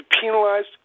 penalized